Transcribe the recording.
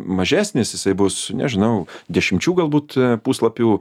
mažesnis jisai bus nežinau dešimčių galbūt puslapių